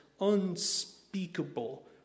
unspeakable